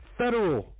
federal